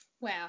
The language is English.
Wow